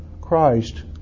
Christ